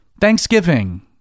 Thanksgiving